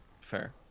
Fair